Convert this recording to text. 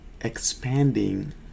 expanding